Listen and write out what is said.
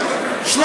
עשיתי כלום,